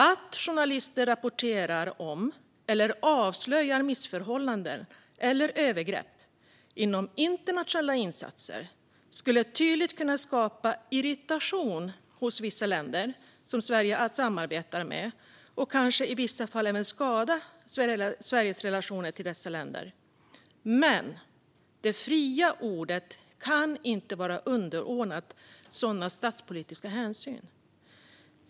Att journalister rapporterar om eller avslöjar missförhållanden eller övergrepp inom internationella insatser skulle tydligt kunna skapa irritation hos vissa länder som Sverige samarbetar med och kanske i vissa fall även skada Sveriges relationer till dessa länder. Men det fria ordet kan inte vara underordnat sådana statspolitiska hänsyn.